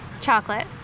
Chocolate